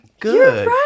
Good